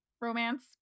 romance